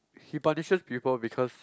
he punishes people because